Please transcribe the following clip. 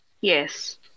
Yes